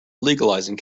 legalizing